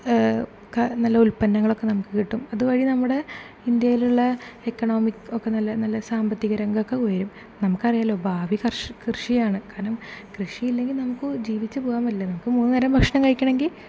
നല്ല ഉൽപന്നങ്ങളൊക്കെ നമുക്ക് കിട്ടും അതു വഴി നമ്മുടെ ഇന്ത്യയിലുള്ള എക്കണോമിക്ക് ഒക്കെ നല്ല സാമ്പത്തിക രംഗമൊക്കെ ഉയരും നമുക്കറിയാമല്ലോ ഭാവി കർഷ് കൃഷിയാണ് കാരണം കൃഷിയില്ലെങ്കിൽ നമുക്ക് ജീവിച്ച് പോവാൻ പറ്റില്ല നമുക്ക് മൂന്ന് നേരം ഭക്ഷണം കഴിക്കണമെങ്കിൽ